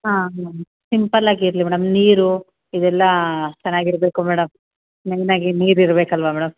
ಹಾಂ ಮ್ಯಾಮ್ ಸಿಂಪಲ್ಲಾಗಿ ಇರಲಿ ಮೇಡಮ್ ನೀರು ಇವೆಲ್ಲ ಚೆನ್ನಾಗಿರ್ಬೇಕು ಮೇಡಮ್ ಮೇನಾಗಿ ನೀರು ಇರಬೇಕಲ್ವಾ ಮೇಡಮ್